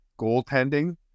goaltending